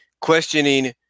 questioning